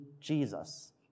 Jesus